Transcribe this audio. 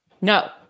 No